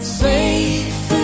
safe